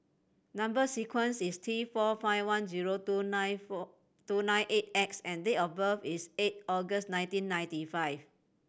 number sequence is T four five one zero two nine four two nine eight X and date of birth is eight August nineteen ninety five